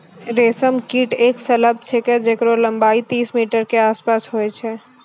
रेशम कीट एक सलभ छिकै जेकरो लम्बाई तीस मीटर के आसपास होय छै